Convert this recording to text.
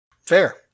Fair